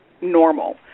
normal